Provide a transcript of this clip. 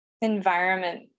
environment